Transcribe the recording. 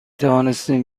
توانستیم